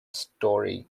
story